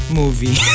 movie